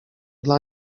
dla